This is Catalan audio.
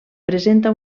presenta